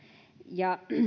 ja